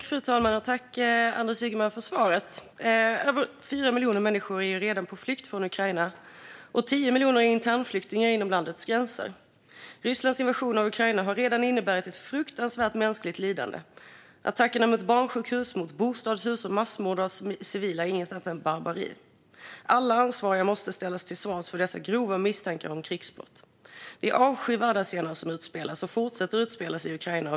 Fru talman! Jag tackar Anders Ygeman för svaret. Över 4 miljoner människor är redan på flykt från Ukraina, och 10 miljoner är internflyktingar inom landets gränser. Rysslands invasion av Ukraina har redan inneburit ett fruktansvärt mänskligt lidande. Attackerna mot barnsjukhus och bostadshus och massmord på civila är inget annat än barbari. Alla ansvariga måste ställas till svars för dessa misstänkta grova krigsbrott. Det är avskyvärda scener som utspelats och fortsätter att utspelas i Ukraina.